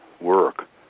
work